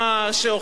כמו רוברט,